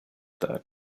that